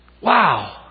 Wow